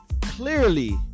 clearly